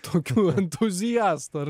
tokių entuziastų ar